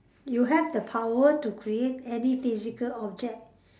you have the power to create any physical object